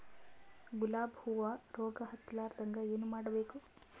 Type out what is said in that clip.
ಗುಲಾಬ್ ಹೂವು ರೋಗ ಹತ್ತಲಾರದಂಗ ಏನು ಮಾಡಬೇಕು?